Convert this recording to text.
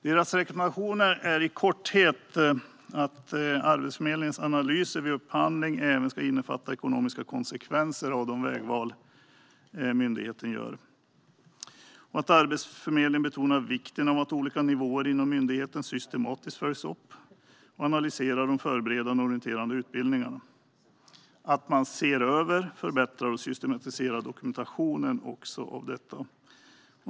Deras rekommendationer är i korthet att Arbetsförmedlingens analyser vid upphandling även ska innefatta ekonomiska konsekvenser av de vägval myndigheten gör, att Arbetsförmedlingen betonar vikten av att olika nivåer inom myndigheten systematiskt följs upp och att man analyserar de förberedande och orienterande utbildningarna. Arbetsförmedlingen bör också se över, förbättra och systematisera dokumentationen av detta.